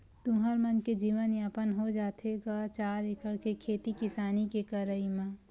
तुँहर मन के जीवन यापन हो जाथे गा चार एकड़ के खेती किसानी के करई म?